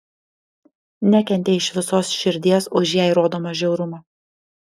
nekentė iš visos širdies už jai rodomą žiaurumą